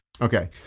Okay